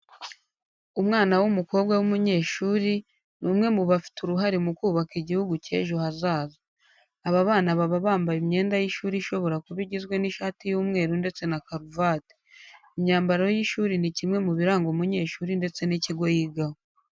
Umwana w'umukobwa w'umunyeshuri ni umwe mu bafite uruhare mu kubaka igihugu cy'ejo hazaza. Aba bana baba bambaye imyenda y'ishuri ishobora kuba igizwe n'ishati y'umweru ndetse na karuvati. Imyambaro y'ishuri ni kimwe mu biranga umunyeshuri ndetse n'ikigo yigaho.